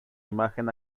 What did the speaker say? imagen